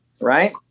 right